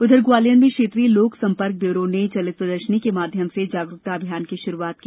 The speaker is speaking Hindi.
उधर ग्वालियर में क्षेत्रीय लोक संपर्क ब्यूरो ने चलित प्रदर्शनी के माध्यम से जागरूकता अभियान की शुरुआत की